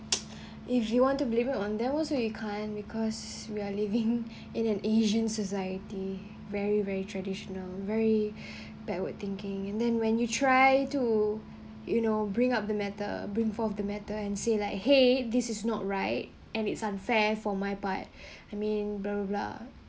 if you want to believe it on them was would you can't because we're living in an asian society very very traditional very backward thinking and then when you try to you know bring up the matter bring forth the matter and say like !hey! this is not right and it's unfair for my part I mean blah blah blah